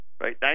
Right